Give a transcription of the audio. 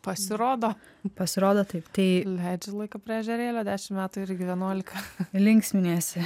pasirodo pasirodo taip tai leidžiu laiką prie ežerėlio dešim metų irgi vienuolika linksminiesi